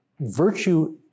Virtue